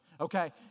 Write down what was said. Okay